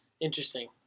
Interesting